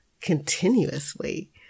continuously